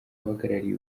uhagarariye